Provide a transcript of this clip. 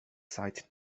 site